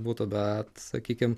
būtų bet sakykim